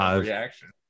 reaction